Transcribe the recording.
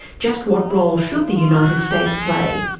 just what role should the united states play,